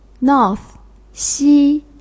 north,西